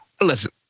Listen